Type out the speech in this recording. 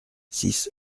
six